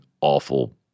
awful